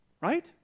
Right